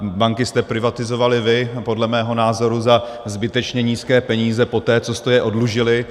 Banky jste privatizovali vy, podle mého názoru za zbytečně nízké peníze, poté co jste je oddlužili.